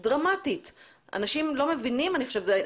בסדר,